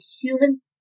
human